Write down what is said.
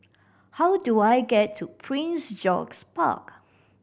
how do I get to Prince George's Park